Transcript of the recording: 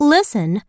Listen